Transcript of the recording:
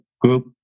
group